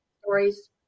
stories